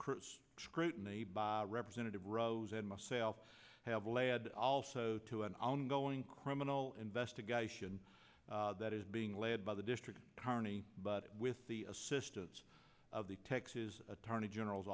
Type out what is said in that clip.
crews scrutiny by representative rose and myself have led also to an ongoing criminal investigation that is being led by the district attorney but with the assistance of the texas attorney general's